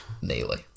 Nearly